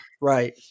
right